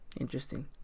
Interesting